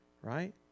right